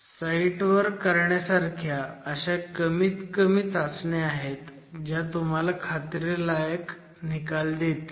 साईटवर करण्यासारख्या अशा कमीत कमी चाचण्या आहेत ज्या तुम्हाला खात्रीलायक निकाल देतील